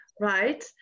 right